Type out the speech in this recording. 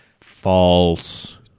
False